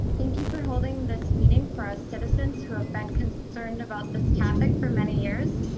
thank you for holding this meeting for us, citizens, who have been concerned about this topic for many years.